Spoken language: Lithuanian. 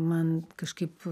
man kažkaip